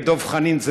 ודב חנין,